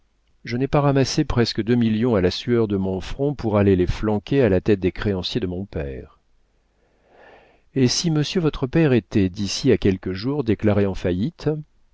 je n'ai pas ramassé presque deux millions à la sueur de mon front pour aller les flanquer à la tête des créanciers de mon père et si monsieur votre père était d'ici à quelques jours déclaré en faillite